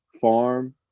farm